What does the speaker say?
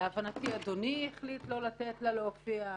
להבנתי, אדוני החליט לא לתת לה להופיע,